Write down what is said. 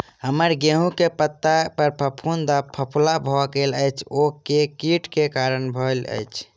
हम्मर गेंहूँ केँ पत्ता पर फफूंद आ फफोला भऽ गेल अछि, ओ केँ कीट केँ कारण भेल अछि?